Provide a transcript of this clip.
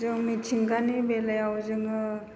जों मिथिंगानि बेलायाव जोङो